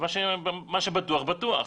ומה שבטוח-בטוח.